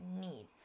need